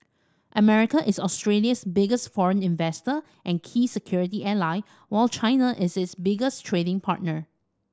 America is Australia's biggest foreign investor and key security ally while China is its biggest trading partner